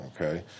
Okay